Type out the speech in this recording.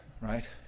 right